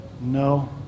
No